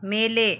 ಮೇಲೆ